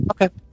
Okay